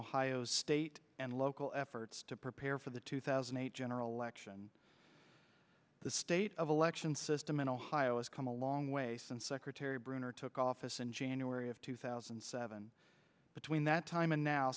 ohio's state and local efforts to prepare for the two thousand and eight general election the state of election system in ohio has come a long way since secretary brunner took office in january of two thousand and seven between that time and now